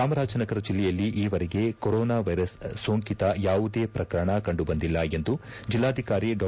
ಚಾಮರಾಜನಗರ ಜಿಲ್ಲೆಯಲ್ಲಿ ಈವರೆಗೆ ಕೊರೋನಾವೈರಸ್ ಸೋಂಕಿತ ಯಾವುದೇ ಪ್ರಕರಣ ಕಂಡುಬಂದಿಲ್ಲ ಎಂದು ಜಿಲ್ಲಾಧಿಕಾರಿ ಡಾ